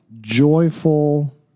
joyful